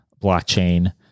blockchain